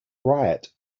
riot